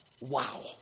wow